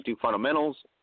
fundamentals